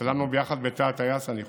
אפילו הצטלמנו ביחד בתא הטייס, אני חושב.